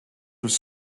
would